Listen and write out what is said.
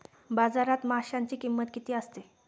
बाजारात माशांची किंमत किती असते?